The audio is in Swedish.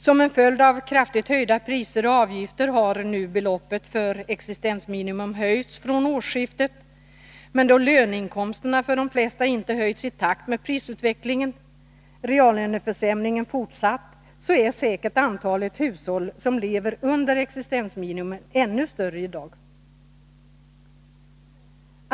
Som en följd av kraftigt höjda priser och avgifter har beloppet för existensminimum höjts från årsskiftet, men då löneinkomsterna för de flesta inte höjts i takt med prisutvecklingen och reallöneförsämringen alltså fortsatt, är säkert antalet hushåll som lever under existensminimum ännu större i dag.